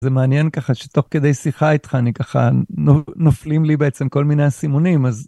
זה מעניין ככה, שתוך כדי שיחה איתך, אני ככה... נופלים לי בעצם כל מיני אסימונים, אז...